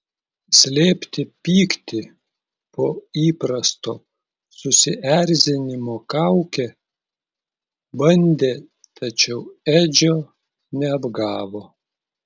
slėpti pyktį po įprasto susierzinimo kauke bandė tačiau edžio neapgavo